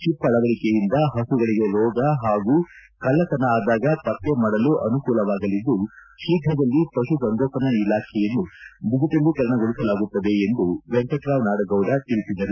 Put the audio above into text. chip ಅಳವಡಿಕೆಯಿಂದ ಹಸುಗಳಗೆ ರೋಗ ಹಾಗೂ ಕಳ್ಳತನ ಆದಾಗ ಪತ್ತೆ ಮಾಡಲು ಅನುಕೂಲವಾಗಲಿದ್ದು ಶೀಘ್ರದಲ್ಲಿ ಪಶು ಸಂಗೋಪನಾ ಇಲಾಖೆಯನ್ನು ಡಿಜಿಟಲೀಕರಣಗೊಳಿಸಲಾಗುತ್ತದೆ ಎಂದು ವೆಂಕಟರಾವ್ ನಾಡಗೌಡ ತಿಳಿಸಿದರು